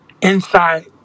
inside